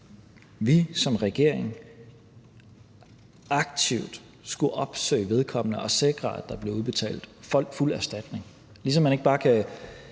vi som regering aktivt skulle opsøge vedkommende og sikre, at der blev udbetalt fuld erstatning.